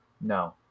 no